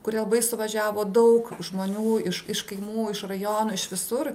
kur labai suvažiavo daug žmonių iš iš kaimų iš rajonų iš visur